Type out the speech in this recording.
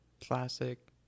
classic